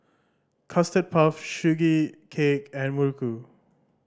Custard Puff Sugee Cake and muruku